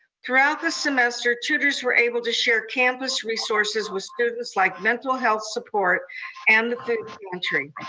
throughout the semester, tutors were able to share campus resources with students like mental health support and the food pantry.